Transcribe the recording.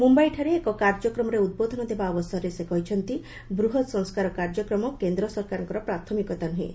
ମୁମ୍ଭାଇଠାରେ ଏକ କାର୍ଯ୍ୟକ୍ରମରେ ଉଦ୍ବୋଧନ ଦେବା ଅବସରରେ ସେ କହିଛନ୍ତି ବୃହତ ସଂସ୍କାର କାର୍ଯ୍ୟକ୍ରମ କେନ୍ଦ୍ରସରକାରଙ୍କର ପ୍ରାଥମିକତା ନୁହେଁ